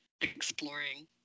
exploring